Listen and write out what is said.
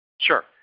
Sure